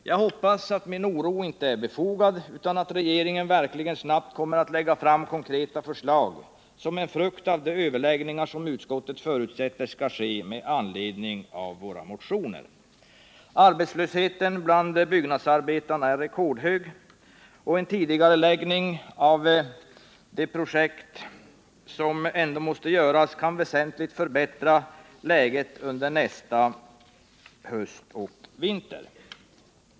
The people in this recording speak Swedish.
Jag hoppas att min oro inte är befogad utan att regeringen verkligen snabbt kommer att lägga fram konkreta förslag som en frukt av de överläggningar som utskottet förutsätter skall ske med anledning av våra motioner. Arbetslösheten bland byggnadsarbetarna är rekordhög, och en tidigareläggning av de projekt som ändock måste genomföras kan väsentligt förbättra läget under nästa höst och vinter.